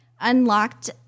unlocked